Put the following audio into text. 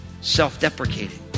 self-deprecating